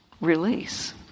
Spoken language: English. release